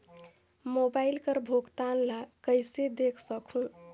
Mobile कर भुगतान ला कइसे देख सकहुं?